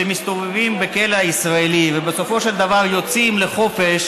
אלה שמסתובבים בכלא הישראלי ובסופו של דבר יוצאים לחופש,